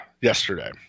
yesterday